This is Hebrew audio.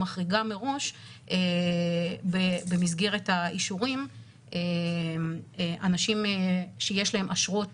מחריגה מראש במסגרת האישורים אנשים שיש להם אשרות